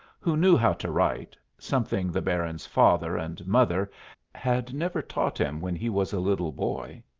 who knew how to write something the baron's father and mother had never taught him when he was a little boy,